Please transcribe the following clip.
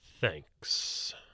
Thanks